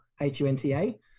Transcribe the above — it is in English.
h-u-n-t-a